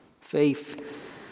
Faith